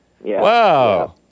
Wow